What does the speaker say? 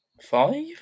Five